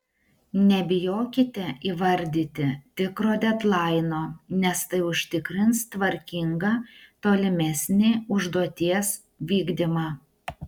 nebijokite įvardyti tikro dedlaino nes tai užtikrins tvarkingą tolimesnį užduoties vykdymą